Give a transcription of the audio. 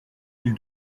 mille